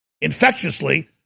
infectiously